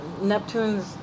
Neptune's